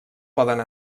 poden